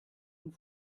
und